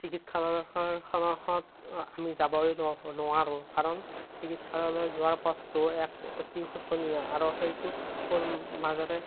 চিকিৎসালয়খনত আমি যাবই নোৱাৰোঁ কাৰণ চিকিৎসালয় যোৱাৰ পথটো এক অতি শোচনীয় আৰু সেইটোৰ মাজতে